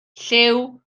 llyw